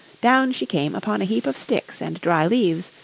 down she came upon a heap of sticks and dry leaves,